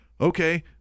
okay